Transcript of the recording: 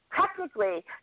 Technically